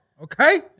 Okay